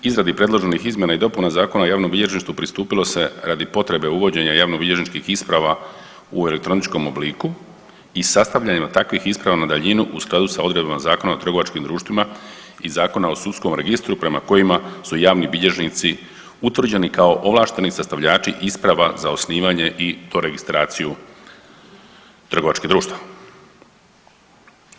Izradi predloženih izmjena i dopuna Zakona o javnom bilježništvu pristupilo se radi potrebe uvođenja javnobilježničkih isprava u elektroničkom obliku i sastavljanja takvih isprava na daljinu u skladu sa odredbama Zakona o trgovačkim društvima i Zakona o sudskom registru prema kojima su javni bilježnici utvrđeni kao ovlašteni sastavljači isprava za osnivanje i doregistraciju trgovačkih društava.